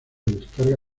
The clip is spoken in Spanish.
descarga